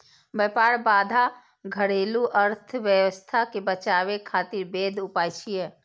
व्यापार बाधा घरेलू अर्थव्यवस्था कें बचाबै खातिर वैध उपाय छियै